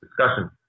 discussion